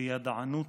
בידענות,